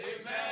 Amen